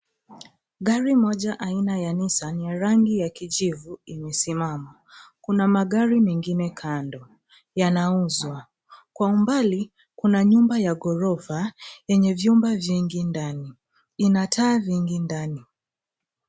Gari moja aina ya Nissan ya rangi ya kijivu imesimama. Kuna magari mengine kando, yanauzwa. Kwa umbali, kuna nyumba ya ghorofa yenye vyumba vingi ndani, ina taa vingi ndani.